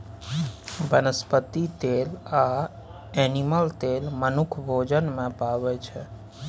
बनस्पति तेल आ एनिमल तेल मनुख भोजन मे पाबै छै